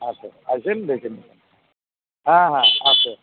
আছে আসেন দেখে নিবেন হ্যাঁ হ্যাঁ আছে